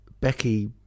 Becky